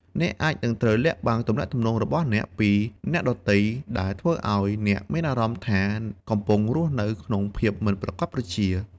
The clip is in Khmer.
អ្នកអាចនឹងត្រូវលាក់បាំងទំនាក់ទំនងរបស់អ្នកពីអ្នកដទៃ ដែលធ្វើឲ្យអ្នកមានអារម្មណ៍ថា កំពុងរស់នៅក្នុងភាពមិនប្រាកដប្រជា។